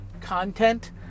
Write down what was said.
content